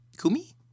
Kumi